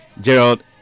Gerald